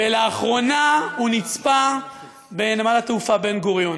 ולאחרונה הוא נצפה בנמל התעופה בן-גוריון.